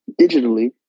digitally